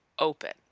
open